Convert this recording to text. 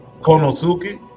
Konosuke